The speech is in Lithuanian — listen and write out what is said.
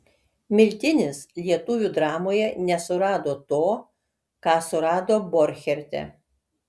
miltinis lietuvių dramoje nesurado to ką surado borcherte